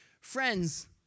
Friends